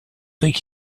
think